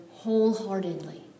wholeheartedly